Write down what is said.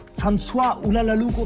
francois ula lalu?